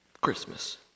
Christmas